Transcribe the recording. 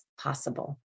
possible